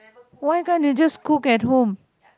why can't you just school at home